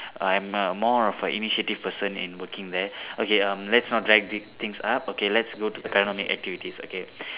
I'm a more of a initiative person in working there okay um let's not drag th~ things up okay let's go to panoramic activities okay